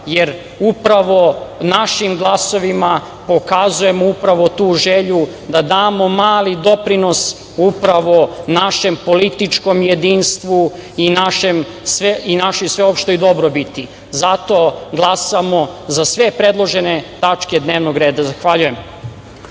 jer upravo našim glasovima pokazujemo tu želju da damo mali doprinos našem političkom jedinstvu i našoj sveopštoj dobrobiti. Zato glasamo za sve predložene tačke dnevnog reda. Zahvaljujem.